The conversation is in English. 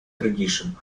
tradition